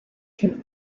can